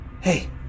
hey